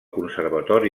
conservatori